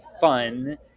fun